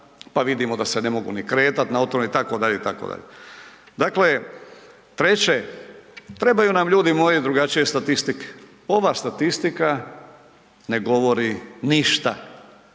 pa vidimo da se ne mogu ni kretat na otvorenom itd., itd. Dakle treće, trebaju nam ljudi moji drugačije statistike, ova statistika ne govori ništa,